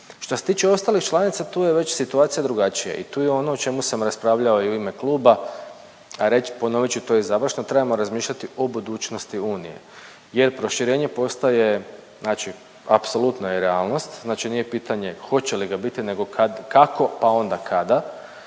Što se tiče ostalih članica tu je već situacija drugačija i tu je ono o čemu sam raspravljao i u ime kluba, a ponovit ću to i …/Govornik se ne razumije./…trebamo razmišljati o budućnosti Unije jer proširenje postaje, znači apsolutna je realnost znači nije pitanje hoće li ga biti nego kad, kako, pa onda kada,